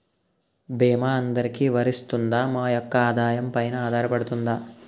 భీమా అందరికీ వరిస్తుందా? మా యెక్క ఆదాయం పెన ఆధారపడుతుందా?